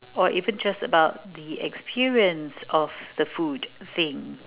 or even just about the experience of the food same